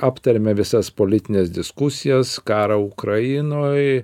aptariame visas politines diskusijas karą ukrainoj